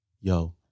yo